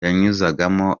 yanyuzagamo